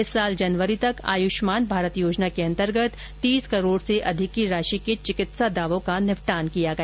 इस साल जनवरी तक आयुष्मान भारत योजना के अंतर्गत तीस करोड़ से अधिक की राशि के चिकित्सा दावों का निपटान किया गया